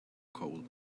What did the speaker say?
coal